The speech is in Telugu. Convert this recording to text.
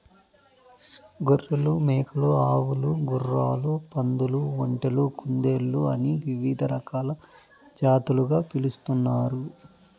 గొర్రెలు, మేకలు, ఆవులు, గుర్రాలు, పందులు, ఒంటెలు, కుందేళ్ళు అని వివిధ రకాల జాతులుగా పిలుస్తున్నారు